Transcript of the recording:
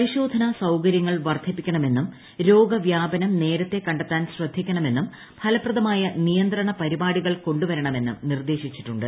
പരിശോധന സൌകരൃങ്ങൾ വർദ്ധിപ്പിക്കണമെന്നും രോഗ വ്യാപനം നേരത്തേ കണ്ടെത്താൻ ശ്രദ്ധിക്കണമെന്നും ഫലപ്രദമായ നിയന്ത്രണ പരിപാടികൾ കൊണ്ടുവരണമെന്നും നിർദ്ദേശിച്ചിട്ടുണ്ട്